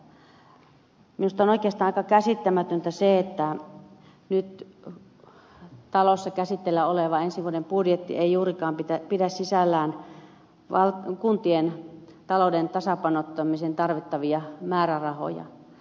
minusta on oikeastaan aika käsittämätöntä se että nyt talossa käsittelyssä oleva ensi vuoden budjetti ei juurikaan pidä sisällään kuntien talouden tasapainottamiseen tarvittavia määrärahoja